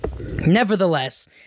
nevertheless